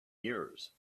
years